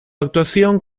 actuación